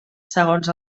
segons